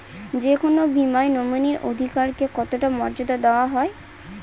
যে কোনো বীমায় নমিনীর অধিকার কে কতটা মর্যাদা দেওয়া হয়?